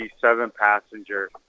seven-passenger